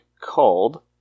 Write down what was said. called